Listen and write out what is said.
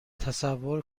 تصور